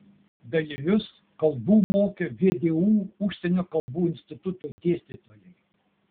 dalyvius kalbų mokė vdu užsienio kalbų instituto dėstytojai